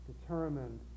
determined